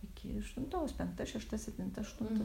iki aštuntos penkta šešta septinta aštunta